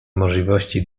możliwości